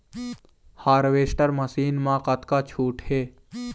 Harvester machine मा कतका छूट हे?